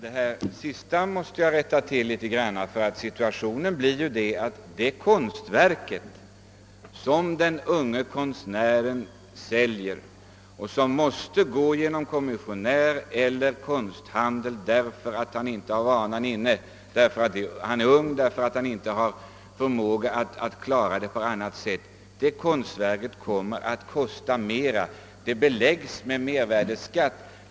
Herr talman! Jag måste rätta till det senaste som herr Brandt yttrade. Vad jag ville framhålla var att det konstverk som den unge konstnären säljer genom en kommissionär eller konsthandel därför att han inte har förmåga att ordna försäljningen på annat sätt kommer att kosta mera eftersom det beläggs med mervärdeskatt.